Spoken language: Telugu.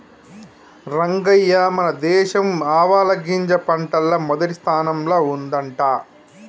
రంగయ్య మన దేశం ఆవాలగింజ పంటల్ల మొదటి స్థానంల ఉండంట